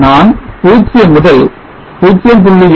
நான் 0 முதல் 0